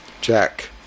Jack